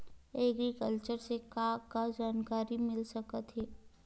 Agriculture से का का जानकारी मिल सकत हे?